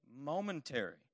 momentary